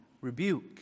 rebuke